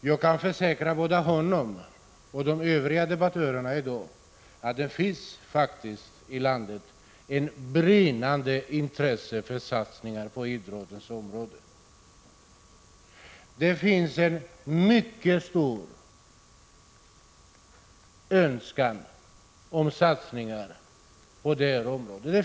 Jag kan försäkra både honom och de övriga debattörerna i dag att det finns faktiskt i landet ett brinnande intresse för satsningar på idrottens område.